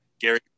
Gary